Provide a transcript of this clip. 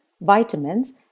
vitamins